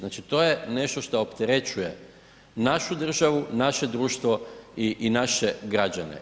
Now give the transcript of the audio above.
Znači to je nešto što opterećuje našu državu, naše društvo i naše građane.